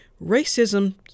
racism